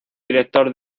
director